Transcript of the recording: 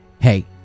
hey